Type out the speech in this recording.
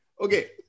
Okay